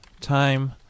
time